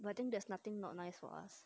I think there's nothing not nice for us